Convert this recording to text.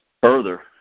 further